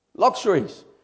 luxuries